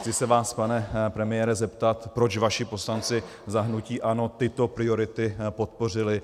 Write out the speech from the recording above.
Chci se vás, pane premiére, zeptat, proč vaši poslanci za hnutí ANO tyto priority podpořili.